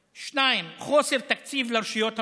2. חוסר תקציב לרשויות המקומיות,